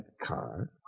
car